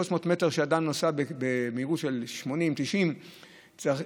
300 מטר שאדם נוסעת במהירות של 90-80 קמ"ש,